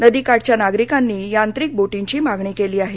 नदीकाठच्या नागरिकांनी यांत्रिक बोटींची मागणीकेली आहे